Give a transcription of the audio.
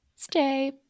Stay